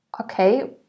Okay